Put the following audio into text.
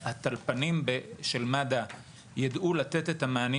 שהטלפנים של מד"א יידעו לתת את המענים